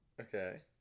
Okay